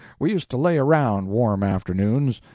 we used to lay around, warm afternoons,